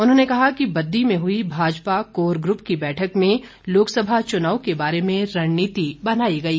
उन्होंने कहा कि बद्दी में हई भाजपा कोर ग्रप की बैठक में लोकसभा चुनाव के बारे में रणनीति बनाई गई